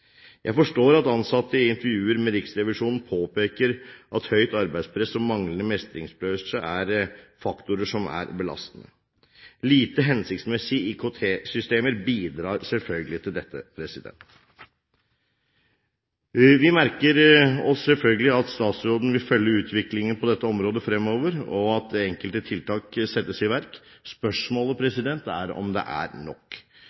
Jeg forstår at ansatte i intervjuer med Riksrevisjonen påpeker at høyt arbeidspress og manglende mestringsfølelse er faktorer som er belastende. Lite hensiktsmessige IKT-systemer bidrar selvfølgelig til dette. Vi merker oss selvfølgelig at statsråden vil følge utviklingen på dette området fremover, og at enkelte tiltak settes i verk. Spørsmålet er om det er nok.